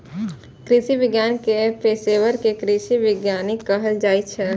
कृषि विज्ञान के पेशवर कें कृषि वैज्ञानिक कहल जाइ छै